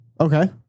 Okay